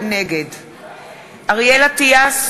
נגד אריאל אטיאס,